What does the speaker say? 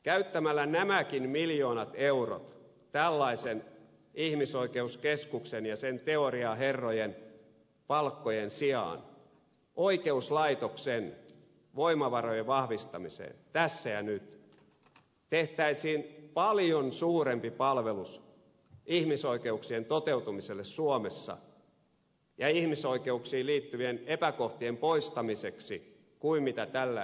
käyttämällä nämäkin miljoonat eurot tällaisen ihmisoikeuskeskuksen ja sen teoriaherrojen palkkojen sijaan oikeuslaitoksen voimavarojen vahvistamiseen tässä ja nyt tehtäisiin paljon suurempi palvelus ihmisoikeuksien toteutumiselle suomessa ja ihmisoikeuksiin liittyvien epäkohtien poistamiseksi kuin mitä tällä ehdotuksella tehdään